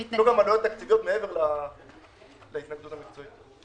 יש לו גם עלויות תקציביות מעבר להתנגדות המקצועית.